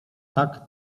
tak